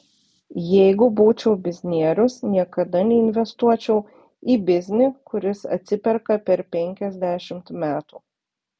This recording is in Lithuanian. jeigu būčiau biznierius niekada neinvestuočiau į biznį kuris atsiperka per penkiasdešimt metų